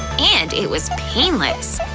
and it was painless!